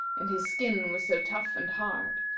and his skin was so tough and hard,